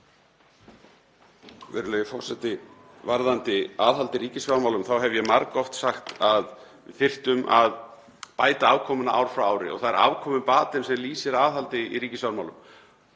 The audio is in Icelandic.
Virðulegi forseti. Varðandi aðhald í ríkisfjármálum þá hef ég margoft sagt að við þyrftum að bæta afkomuna ár frá ári. Það er afkomubatinn sem lýsir aðhaldi í ríkisfjármálum.